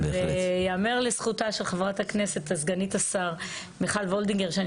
יאמר לזכותה של חברת הכנסת סגנית השר מיכל וולדיגר שאני